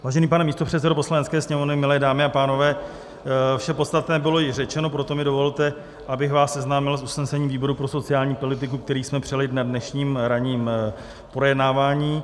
Vážený pane místopředsedo Poslanecké sněmovny, milé dámy a pánové, vše podstatné bylo již řečeno, proto mi dovolte, abych vás seznámil s usnesením výboru pro sociální politiku, které jsme přijali na dnešním ranním projednávání.